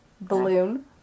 Balloon